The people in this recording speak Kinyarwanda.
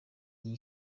iyi